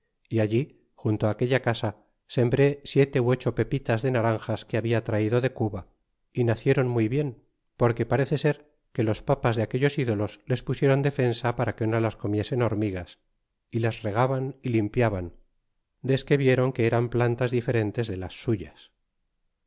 y allí junto á aquella casa sembré siete ú ocho pepitas de naranjas que había traido de cuba y nacieron muy bien porque parece ser que los papas de aquellos ídolos les pusieron defensa para que no las comiesen hormigas y las regaban y limpiaban desque vieron que eran plantas diferentes de las suyas